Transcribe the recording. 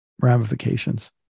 ramifications